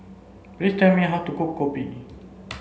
please tell me how to cook Kopi